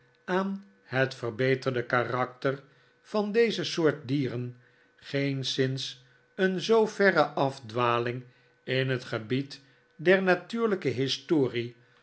aan het verbeterde karakter van deze soort dieren geenszins een zoo verre afdwaling in het gebied der natuurlijke historie